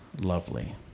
lovely